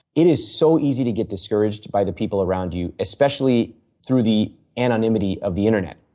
it is so easy to get discouraged by the people around you, especially through the anonymity of the internet.